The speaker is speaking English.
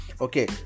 Okay